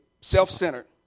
self-centered